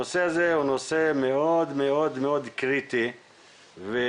הנושא הזה הוא נושא מאוד מאוד קריטי והדיון